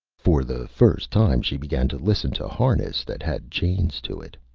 for the first time she began to listen to harness that had chains to it,